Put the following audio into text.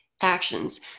actions